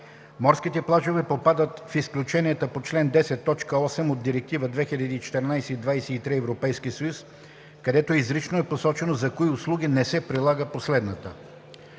Морските плажове попадат в изключенията по чл. 10, т. 8 от Директива 2014/23/ЕС, където изрично е посочено за кои услуги не се прилага последната.